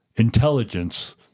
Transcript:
intelligence